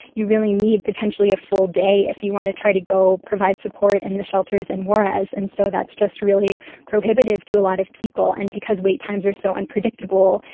you really need potentially a full day if you want to try to go provide support in the shelters in juarez. and so that's just really prohibitive to a lot of people. and because wait times are so unpredictable,